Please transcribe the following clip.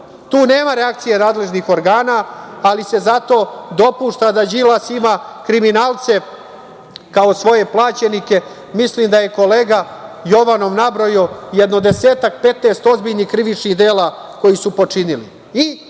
Tu nema reakcije nadležnih organa, ali se zato dopušta da Đilas ima kriminalce, kao svoje plaćenike. Mislim da je kolega Jovanov nabrojao jedno desetak, petnaest ozbiljnih krivičnih dela koja su počinili. Šta